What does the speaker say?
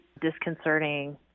disconcerting